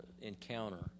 encounter